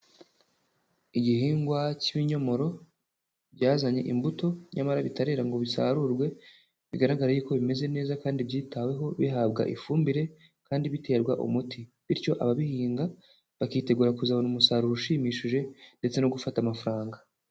Igihingwa cy'ibinyomoro byazanye imbuto nyamara bitarera ngo bisarurwe, bigaragara y'uko ko bimeze neza kandi byitaweho, bihabwa ifumbire kandi biterwa umuti. Bityo ababihinga bakitegura kuzabona umusaruro ushimishije ndetse no gufata amafaranga.